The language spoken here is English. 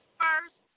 first